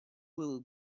little